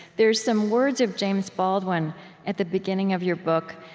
there are some words of james baldwin at the beginning of your book,